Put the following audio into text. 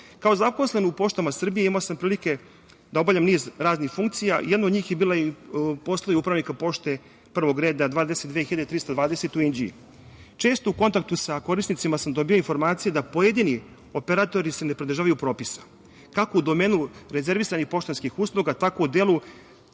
Kao zaposlen u poštama Srbije, imao sam prilike da obavljam niz raznih funkcija. Jedna od njih je bila i posao upravnika Pošte prvog reda, 22320 u Inđiji. Često u kontaktu sa korisnicima sam dobijao informacije da pojedini operatori se ne pridržavaju propisa, kako u domenu rezervisanih poštanskih usluga, tako u delu